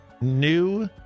new